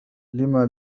لما